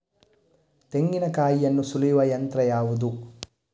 ತೆಂಗಿನಕಾಯಿಯನ್ನು ಸುಲಿಯುವ ಯಂತ್ರ ಯಾವುದು?